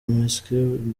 mekseb